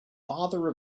father